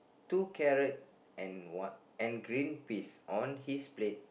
two carrot and what and green peas on his plate